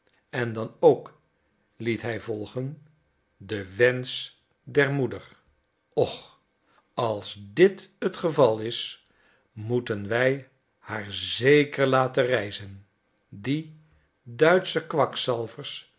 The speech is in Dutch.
en dan ook liet hij volgen den wensch der moeder och als dit het geval is moeten wij haar zeker laten reizen die duitsche kwakzalvers